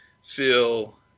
feel